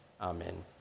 Amen